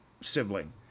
sibling